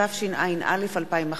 התשע”א 2011,